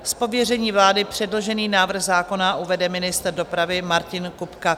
Z pověření vlády předložený návrh zákona uvede ministr dopravy Martin Kupka.